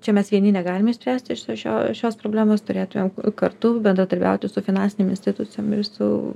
čia mes vieni negalime išspręsti šio šios problemos turėtumėm kartu bendradarbiauti su finansinėm institucijom ir su